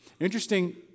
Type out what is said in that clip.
Interesting